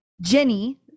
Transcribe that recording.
Jenny